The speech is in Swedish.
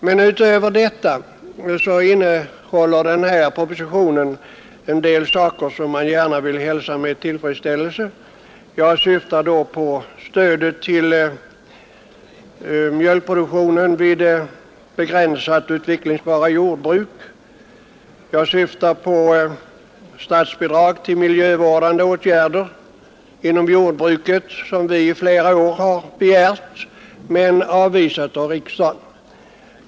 Men utöver detta innehåller denna proposition en del saker som jag gärna vill hälsa med tillfredsställelse. Jag syftar då på stödet till mjölkproduktionen vid begränsat utvecklingsbara jordbruk. Jag syftar på statsbidrag till miljövårdande åtgärder inom jordbruket som vi under flera år begärt men som riksdagen inte gått med på hittills.